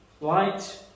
Light